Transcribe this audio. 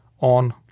on